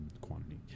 quantity